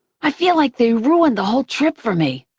i feel like they ruined the whole trip for me.